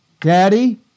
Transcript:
Daddy